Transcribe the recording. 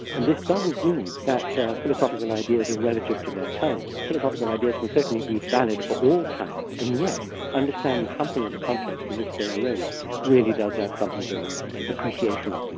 and this doesn't mean that philosophical ideas are relative to their time. philosophical ideas can certainly be valid for all time, and yet understanding something of the context in which they're raised really does add something to our appreciation of them.